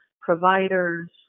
providers